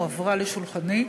והיא הועברה לשולחני.